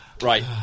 right